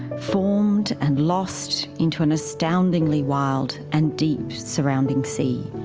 formed and lost into an astoundingly wild and deep surrounding sea.